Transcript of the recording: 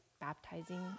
baptizing